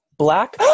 black